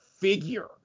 figure